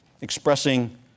expressing